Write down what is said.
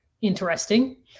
interesting